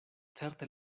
certe